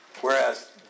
whereas